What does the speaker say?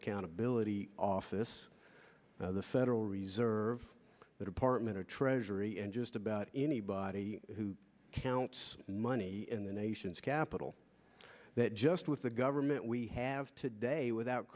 accountability office the federal reserve the department of treasury and just about anybody who counts money in the nation's capital that just with the government we have today without